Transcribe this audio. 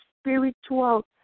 spiritual